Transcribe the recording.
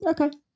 Okay